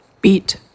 Beat